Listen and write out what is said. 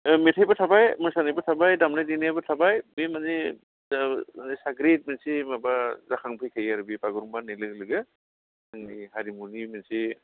ओह मेथाइबो थाबाय मोसानायबो थाबाय दामनाय देनायाबो थाबाय बे माने साग्रिद मोनसे माबा जाखांफैखायो आरो बे बागुरुम्बा होन्नाय लोगो लोगो जोंनि हारिमुनि मोनसे